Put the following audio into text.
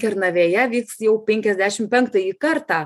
kernavėje vyks jau penkiasdešim penktąjį kartą